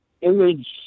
image